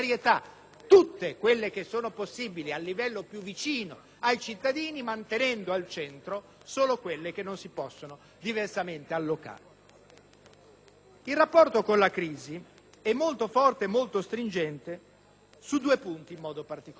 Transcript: tutte quelle che sono possibili al livello più vicino ai cittadini, mantenendo al centro solo quelle che non si possono diversamente allocare. Il rapporto con la crisi è molto forte e molto stringente particolarmente